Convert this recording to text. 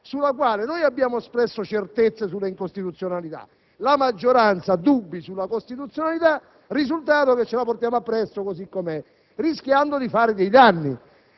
sulla quale noi abbiamo espresso certezze sulla incostituzionalità e la maggioranza dubbi sulla costituzionalità, con il risultato - lo ripeto - che ce la portiamo appresso così com'è, rischiando di fare dei danni.